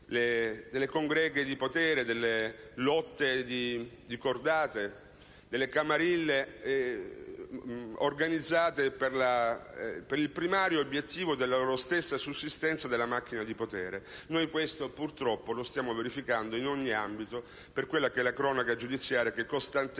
delle congreghe di potere, delle lotte tra cordate, delle camarille organizzate con il primario obiettivo della sussistenza della loro stessa macchina di potere. Purtroppo lo stiamo verificando in ogni ambito, anche sulla base della cronaca giudiziaria, che costantemente